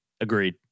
Agreed